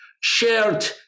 shared